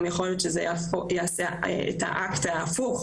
יכול גם להיות שזה יעשה את האקט ההפוך,